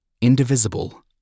indivisible